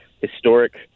historic